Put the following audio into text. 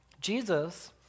Jesus